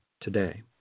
today